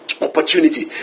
opportunity